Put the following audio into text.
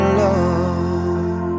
love